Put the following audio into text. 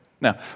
Now